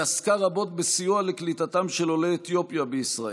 היא עסקה רבות בסיוע לקליטתם של עולי אתיופיה בישראל,